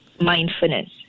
mindfulness